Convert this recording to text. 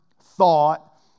thought